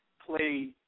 play